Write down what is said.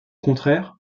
contraire